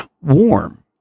Warm